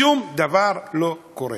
שום דבר לא קורה.